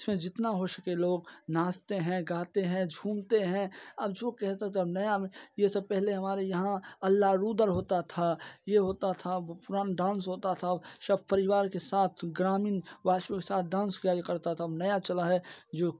इसमें जितना हो शकें लोग नाचते हैं गाते हैं झूमते हैं अब जो कहते था नया में ये सब पेहले हमारे यहाँ आल्हा उदल होता था यह होता था पुराना डांस होता था सब परिवार के साथ ग्रामीण वासियों के साथ डांस करता था नया चला है जो